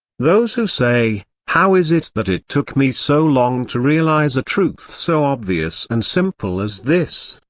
those who say, how is it that it took me so long to realize a truth so obvious and simple as this?